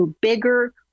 bigger